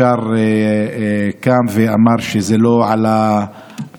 ישר קם ואמר שזה לא על הפרק.